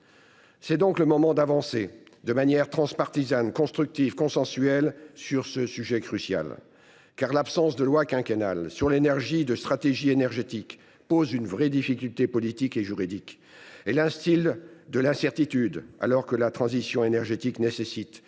C’est donc le moment d’avancer, de manière transpartisane, constructive, consensuelle, sur ce sujet crucial, car l’absence de loi quinquennale sur l’énergie portant stratégie énergétique pose une vraie difficulté politique et juridique. Elle instille de l’incertitude, alors que la transition énergétique nécessite,